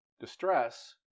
distress